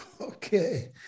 Okay